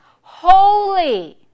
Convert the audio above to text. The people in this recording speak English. Holy